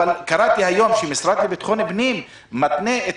אבל קראתי היום שהמשרד לביטחון הפנים מתנה את